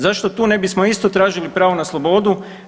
Zašto tu ne bismo isto tražili pravo na slobodu?